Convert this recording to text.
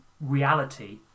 reality